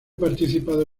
participado